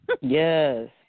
Yes